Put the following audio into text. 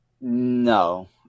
No